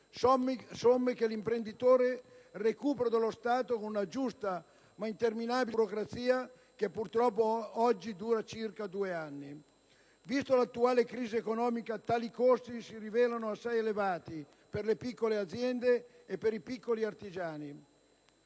somme che l'imprenditore recupera dallo Stato con una giusta, ma interminabile burocrazia che purtroppo oggi dura circa 2 anni. Vista l'attuale crisi economica tali costi si rivelano assai elevati per le piccole aziende e per i piccoli artigiani.